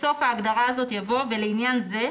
בסוף ההגדרה הזאת יבוא: "ולעניין זה,